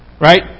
Right